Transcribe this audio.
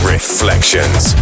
Reflections